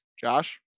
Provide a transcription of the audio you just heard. Josh